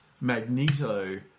Magneto